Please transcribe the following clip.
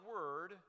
Word